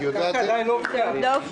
עדיין לא הופקע.